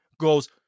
goes